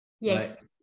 yes